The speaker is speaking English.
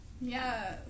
Yes